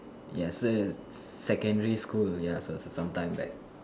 yes secondary school ya some time back